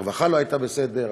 הרווחה לא הייתה בסדר,